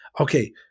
Okay